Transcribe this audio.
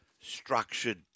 structured